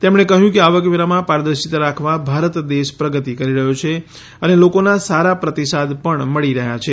તેમણે કહ્યું કે આવકવેરામાં પારદર્શિતા રાખવા ભારત દેશ પ્રગતિ કરી રહ્યો છે અને લોકોના સારા પ્રતિસાદ પણ મળી રહ્યા છે